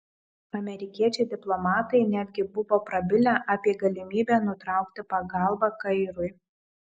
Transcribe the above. amerikiečiai diplomatai netgi buvo prabilę apie galimybę nutraukti pagalbą kairui